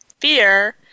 fear